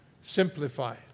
Simplify